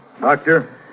Doctor